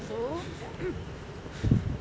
so